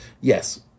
Yes